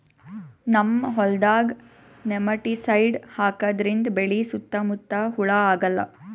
ನಮ್ಮ್ ಹೊಲ್ದಾಗ್ ನೆಮಟಿಸೈಡ್ ಹಾಕದ್ರಿಂದ್ ಬೆಳಿ ಸುತ್ತಾ ಮುತ್ತಾ ಹುಳಾ ಆಗಲ್ಲ